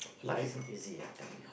much easy I tell you